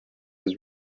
his